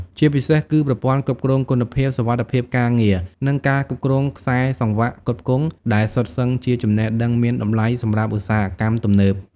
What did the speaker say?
ជាពិសេសគឺ ប្រព័ន្ធគ្រប់គ្រងគុណភាព សុវត្ថិភាពការងារ និងការគ្រប់គ្រងខ្សែសង្វាក់ផ្គត់ផ្គង់ ដែលសុទ្ធសឹងជាចំណេះដឹងមានតម្លៃសម្រាប់ឧស្សាហកម្មទំនើប។